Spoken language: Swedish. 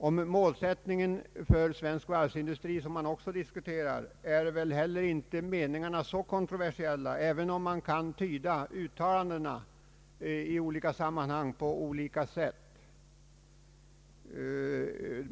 Om målsättningen för svensk varvsindustri, som man också diskuterar, är väl meningarna inte heller så kontroversiella även om man kan tyda uttalandena i olika sammanhang på olika sätt.